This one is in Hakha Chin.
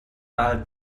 ral